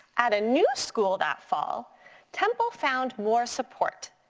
at a new school that fall temple found more support.